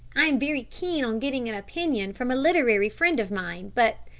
i am very keen on getting an opinion from a literary friend of mine but,